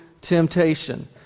temptation